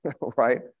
Right